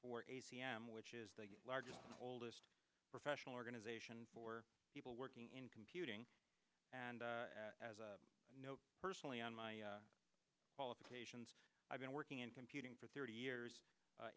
for a c m which is the largest oldest professional organization for people working in computing and as i know personally on my qualifications i've been working in computing for thirty years